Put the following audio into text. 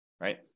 right